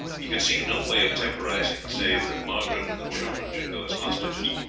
he could see no way of temporizing save that margaret and the children should go as hostages,